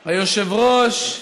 היושב-ראש,